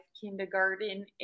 kindergarten